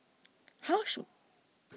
how